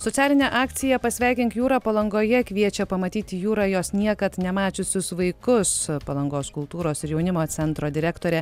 socialinė akcija pasveikink jūrą palangoje kviečia pamatyti jūrą jos niekad nemačiusius vaikus palangos kultūros ir jaunimo centro direktorė